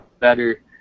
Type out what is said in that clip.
better